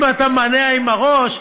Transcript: אם אתה מנענע עם הראש,